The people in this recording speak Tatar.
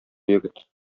егет